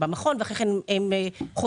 כאשר הם לומדים שנתיים ראשונות במכון,